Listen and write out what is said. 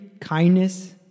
kindness